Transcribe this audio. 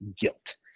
guilt